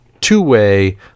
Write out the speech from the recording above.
two-way